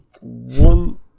One